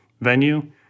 venue